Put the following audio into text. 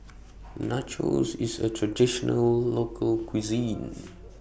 Nachos IS A Traditional Local Cuisine